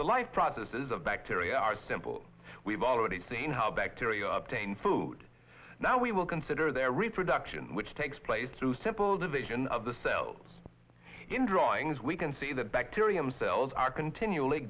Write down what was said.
the life processes of bacteria are simple we've already seen how bacteria obtain food now we will consider their reproduction which takes place through simple division of the cells in drawings we can see the bacterium cells are continually